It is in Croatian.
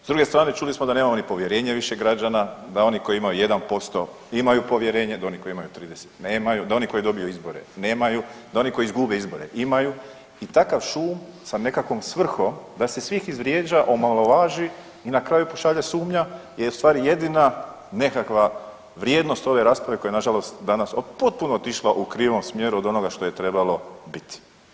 S druge strane čuli smo da nemamo ni povjerenje više građana, da oni koji imaju 1% imaju povjerenje, da oni koji imaju 30 nemaju, da oni koji dobiju izbore nemaju, da oni koji izgube izbore imaju i takav šum sa nekakvom svrhom da se svih izvrijeđa, omalovaži i na kraju pošalje sumnja je u stvari jedina nekakva vrijednost ove rasprave koja je na žalost potpuno otišla u krivom smjeru od onoga što je trebalo biti.